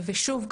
ושוב,